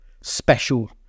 special